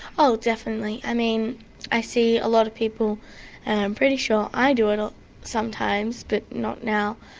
oh, definitely. i mean i see a lot of people, and i'm pretty sure i do it sometimes, but not now,